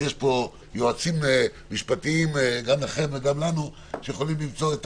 יש פה יועצים משפטיים לכם וגם לנו שיכולים למצוא את